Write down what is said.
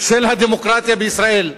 של הדמוקרטיה בישראל.